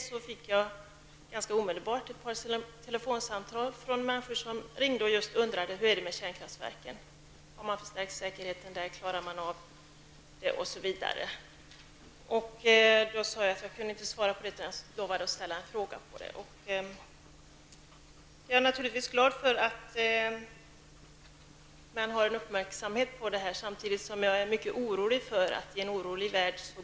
Jag fick nästan omedelbart ett par telefonsamtal från människor som undrade om man hade förstärkt säkerheten vid kärnkraftverken. Jag sade att jag inte kunde svara på det men att jag skulle ställa en fråga om det. Jag är naturligtvis glad över att uppmärksamhet riktas på säkerheten. Samtidigt är jag mycket orolig över kärnkraften i vår oroliga värld.